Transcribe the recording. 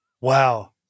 Wow